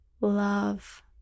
love